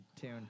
tune